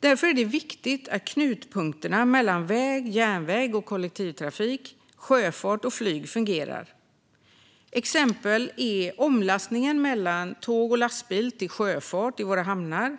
Därför är det viktigt att knutpunkterna mellan väg, järnväg och kollektivtrafik, sjöfart och flyg fungerar. Exempel är omlastning mellan tåg och lastbil till sjöfart i våra hamnar.